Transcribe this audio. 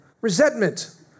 resentment